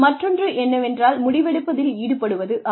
மற்றொன்று என்னவென்றால் முடிவெடுப்பதில் ஈடுபடுவது ஆகும்